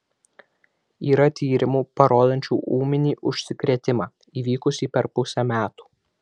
yra tyrimų parodančių ūminį užsikrėtimą įvykusį per pusę metų